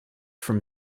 from